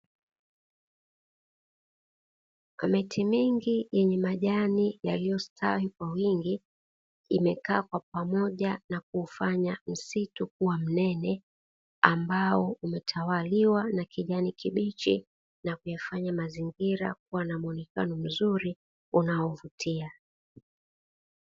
Miti mingi yenye majani yaliyostawi kwa wingi, imekaa kwa pamoja na kufanya msitu kuwa mnene ambao umetawaliwa na kijani kibichi na kufanya mazingira kuwa na muonekano mzuri unaovutia.